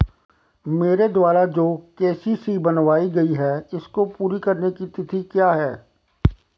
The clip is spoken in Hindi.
मेरे द्वारा जो के.सी.सी बनवायी गयी है इसको पूरी करने की तिथि क्या है?